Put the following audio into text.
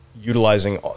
utilizing